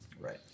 Right